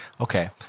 Okay